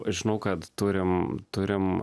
žinau kad turim turim